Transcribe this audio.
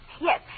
Yes